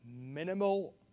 minimal